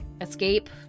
escape